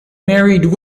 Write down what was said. married